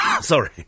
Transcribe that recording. Sorry